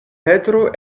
petro